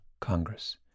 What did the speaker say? Congress